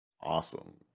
Awesome